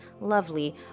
lovely